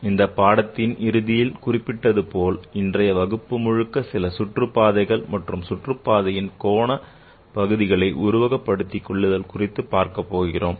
கடந்த பாடத்தின் இறுதியில் குறிப்பிட்டதுபோல் இன்றைய வகுப்பு முழுக்க சில சுற்றுப்பாதைகள் மற்றும் சுற்றுப்பாதையின் கோண பகுதிகளை உருவகப்படுத்திக் கொள்ளுதல் குறித்து பார்க்கப் போகிறோம்